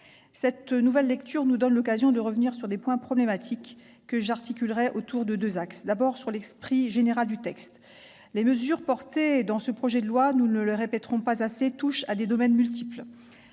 Cette nouvelle lecture nous donne l'occasion de revenir sur des points problématiques que j'articulerai autour de deux axes. Le premier porte sur l'esprit général du texte. Les mesures portées dans le projet de loi- nous ne le répéterons jamais assez -touchent à des domaines multiples.